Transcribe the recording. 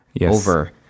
over